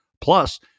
plus